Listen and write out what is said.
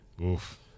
Oof